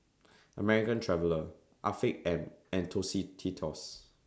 American Traveller Afiq M and Tostitos